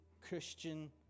Christian